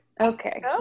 Okay